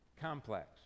complex